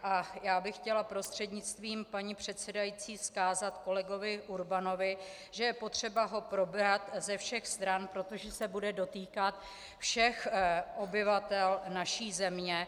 A já bych chtěla prostřednictvím paní předsedající vzkázat kolegovi Urbanovi, že je potřeba ho probrat ze všech stran, protože se bude dotýkat všech obyvatel naší země.